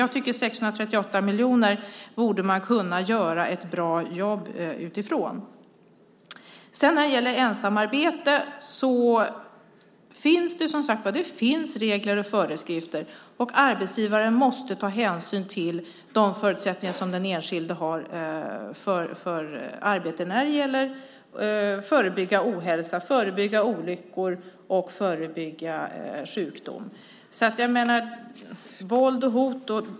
Jag tycker att man borde kunna göra ett bra jobb med 638 miljoner. Det finns regler och föreskrifter när det gäller ensamarbete. Arbetsgivaren måste ta hänsyn till de förutsättningar som den enskilde har när det gäller att förebygga ohälsa, olyckor och sjukdom.